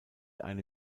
eine